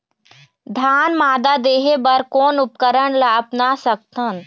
धान मादा देहे बर कोन उपकरण ला अपना सकथन?